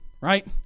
right